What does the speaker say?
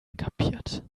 kapiert